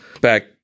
back